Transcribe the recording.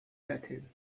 setting